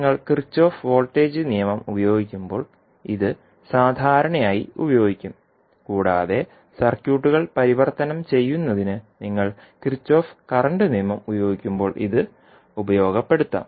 നിങ്ങൾ Kirchhoff voltage നിയമം Kirchoffs voltage law ഉപയോഗിക്കുമ്പോൾ ഇത് സാധാരണയായി ഉപയോഗിക്കും കൂടാതെ സർക്യൂട്ടുകൾ പരിവർത്തനം ചെയ്യുന്നതിന് നിങ്ങൾ കിർചോഫ് കറൻറ്റ് നിയമംkirchoffs current law ഉപയോഗിക്കുമ്പോൾ ഇത് ഉപയോഗപ്പെടുത്താം